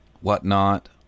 whatnot